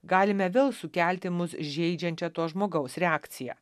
galime vėl sukelti mus žeidžiančią to žmogaus reakciją